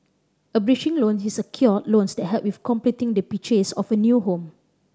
a bridging loan is a secured loan that help with completing the purchase of your new home